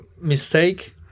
mistake